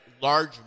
large